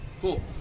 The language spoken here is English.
Cool